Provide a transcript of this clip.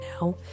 now